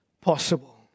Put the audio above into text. possible